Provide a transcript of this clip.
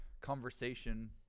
conversation